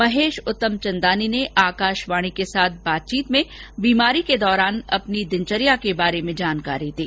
महेश उत्तम चंदानी ने आकाशवाणी के साथ बातचीत में बीमारी के दौरान अपनी दिनचर्या के बारे में जानकारी दी